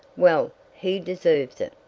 well, he deserves it!